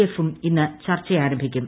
എഫും ഇന്ന് ചർച്ച ആരംഭിക്കും